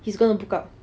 he's gonna book out